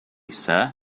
sir